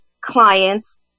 Clients